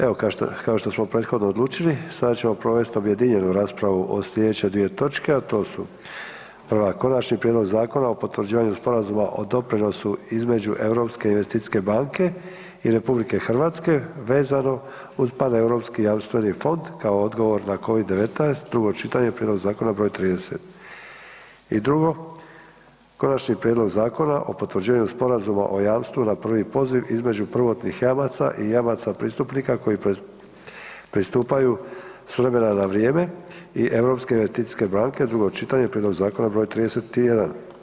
Evo kao što smo prethodno odlučili sada ćemo provesti objedinjenu raspravu o sljedeće dvije točke, a to su: - Konačni prijedlog Zakona o potvrđivanju Sporazuma o doprinosu između Europske investicijske banke i RH vezano uz Paneuropski jamstveni fond kao odgovor na COVID-19, drugo čitanje, P.Z. br. 30, - Konačni prijedlog Zakona o potvrđivanju Sporazuma o jamstvu na prvi poziv između prvotnih jamaca i jamaca pristupnika koji pristupaju s vremena na vrijeme i Europske investicijske banke, drugo čitanje, P.Z. br. 31.